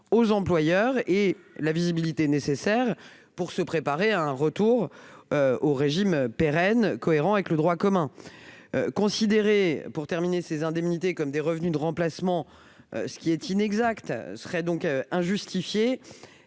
aux employeurs ainsi que de la visibilité pour se préparer à un retour au régime pérenne, cohérent avec le droit commun. Considérer ces indemnités comme des revenus de remplacement, ce qui est inexact, serait donc injustifié